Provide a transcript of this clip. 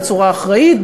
בצורה אחראית,